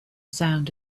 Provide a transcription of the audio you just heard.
sound